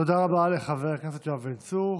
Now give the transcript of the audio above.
תודה רבה לחבר הכנסת יואב בן צור.